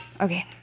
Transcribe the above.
Okay